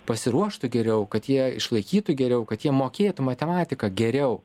pasiruoštų geriau kad jie išlaikytų geriau kad jie mokėtų matematiką geriau